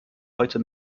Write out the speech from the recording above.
heute